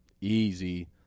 Easy